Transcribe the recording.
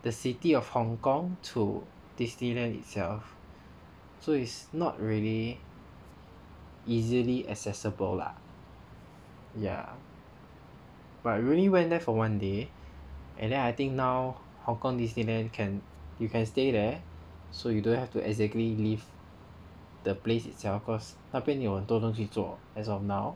the city of Hong-Kong to Disneyland itself so it's not really easily accessible lah ya but really went there for one day and then I think now Hong-Kong Disneyland can you can stay there so you don't have to exactly leave the place itself cause 那边有很多东西做 as of now